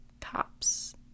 cops